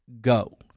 go